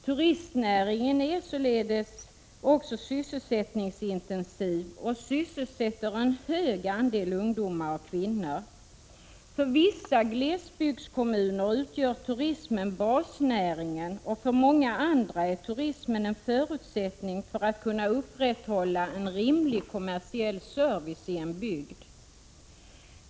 Turistnäringen är också sysselsättningsintensiv och sysselsätter en hög andel ungdomar och kvinnor. För vissa glesbygdskommuner utgör turismen basnäringen, och för många andra är turismen en förutsättning för att kunna upprätthålla en rimlig kommersiell service i en bygd.